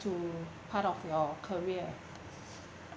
to part of your career